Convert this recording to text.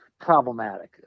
problematic